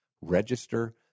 register